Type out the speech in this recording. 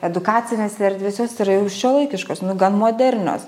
edukacinės erdvės jos yra jau šiuolaikiškos nu gan modernios